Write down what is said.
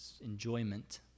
enjoyment